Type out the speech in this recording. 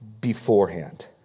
beforehand